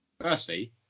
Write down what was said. firstly